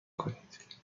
کنید